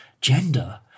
gender